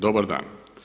Dobar dan.